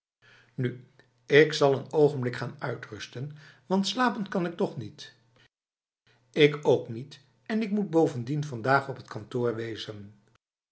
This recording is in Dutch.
nu ik zal n ogenblik gaan uitrusten want slapen kan ik toch niet ik ook niet en ik moet bovendien vandaag op t kantoor wezen